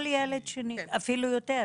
כל ילד שני, אפילו יותר.